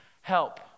help